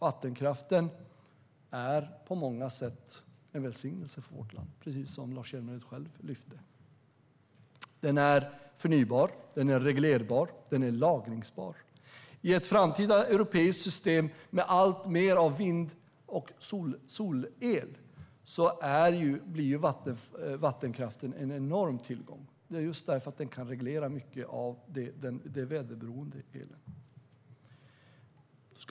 Vattenkraften är på många sätt en välsignelse för vårt land, precis som Lars Hjälmered själv lyfte fram. Den är förnybar, reglerbar och lagringsbar. I ett framtida europeiskt system med alltmer av vind och solel blir vattenkraften en enorm tillgång. Det är just därför att den kan reglera mycket av den väderberoende elen.